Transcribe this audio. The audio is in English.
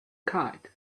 kite